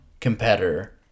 competitor